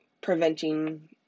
preventing